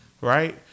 right